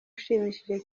ashimishije